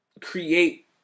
create